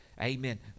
Amen